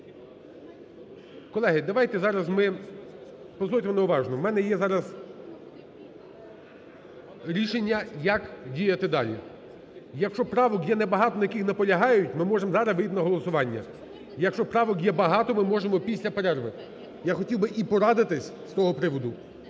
Колеги, давайте зараз ми... Послухайте мене уважно. В мене є зараз рішення, як діяти далі. Якщо правок є не багато, на яких наполягають, ми можемо зараз вийти на голосування. Якщо правок є багато, ми можемо після перерви. Я хотів би і порадитися з того приводу